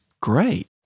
great